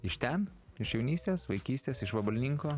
iš ten iš jaunystės vaikystės iš vabalninko